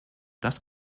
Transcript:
das